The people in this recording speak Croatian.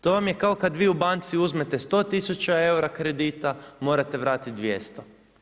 To vam je kao kada vi u banci uzmete 100 tisuća eura kredita, morate vratiti 200.